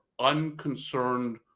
unconcerned